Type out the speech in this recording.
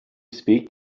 speak